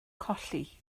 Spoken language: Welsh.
colli